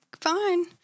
fine